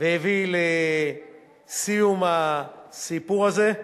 והביא לסיום הסיפור הזה.